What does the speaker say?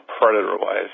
predator-wise